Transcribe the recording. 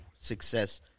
success